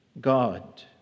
God